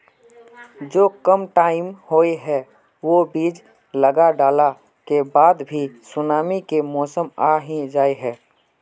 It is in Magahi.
जो कम टाइम होये है वो बीज लगा डाला के बाद भी सुनामी के मौसम आ ही जाय है?